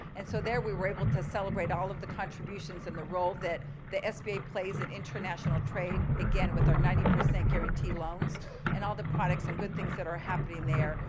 and so there, we were able to celebrate all of the contributions and the role that the sba plays in international trade, again, with our ninety percent guarantee loans and all the products and good things that are happening there.